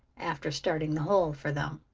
after starting the hole for them.